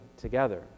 together